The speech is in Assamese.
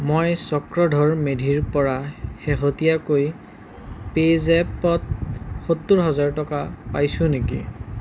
মই চক্ৰধৰ মেধিৰ পৰা শেহতীয়াকৈ পেজ এপত সত্তৰ হেজাৰ টকা পাইছোঁ নেকি